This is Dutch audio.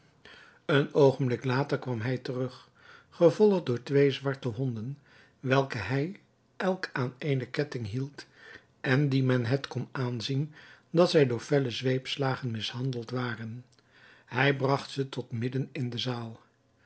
een oogenblik later kwam hij terug gevolgd door twee zwarte honden welke hij elk aan eene ketting hield en die men het kon aanzien dat zij door felle zweepslagen mishandeld waren hij bragt ze tot midden in de zaal